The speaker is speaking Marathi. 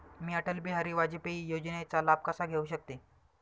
मी अटल बिहारी वाजपेयी योजनेचा लाभ कसा घेऊ शकते?